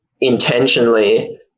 intentionally